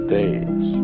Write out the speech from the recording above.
days